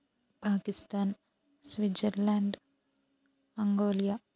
Pakistan Switzerland అంగోలియా